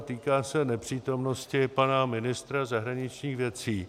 Týká se nepřítomnosti pana ministra zahraničních věcí.